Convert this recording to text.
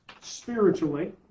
spiritually